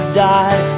die